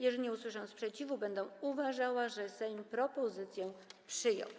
Jeżeli nie usłyszę sprzeciwu, będę uważała, że Sejm propozycje przyjął.